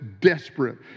desperate